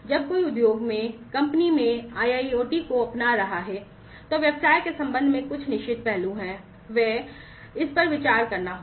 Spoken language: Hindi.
जब कोई उद्योग में कंपनी में IIoT को अपना रहा है तो व्यवसाय के संबंध में कुछ निश्चित पहलू हैं इस पर विचार करना होगा